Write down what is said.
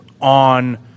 on